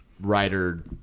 writer